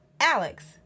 Alex